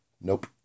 Nope